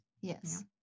yes